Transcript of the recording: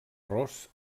ros